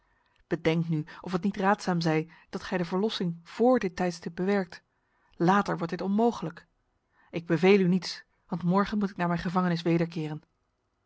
bedenkt nu of het niet raadzaam zij dat gij de verlossing vr dit tijdstip bewerkt later wordt dit onmogelijk ik beveel u niets want morgen moet ik naar mijn gevangenis